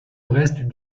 reste